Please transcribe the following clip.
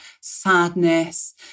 sadness